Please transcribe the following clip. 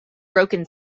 broken